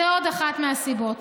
זו אחת מהסיבות.